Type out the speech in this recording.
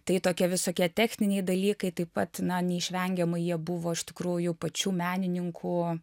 tai tokie visokie techniniai dalykai taip pat na neišvengiamai jie buvo iš tikrųjų pačių menininkų